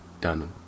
done